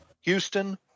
Houston